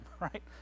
right